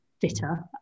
fitter